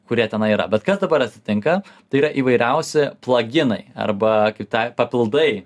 kurie tenai yra bet kas dabar atsitinka tai yra įvairiausi plaginai arba kitai papildai